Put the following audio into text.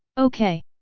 okay!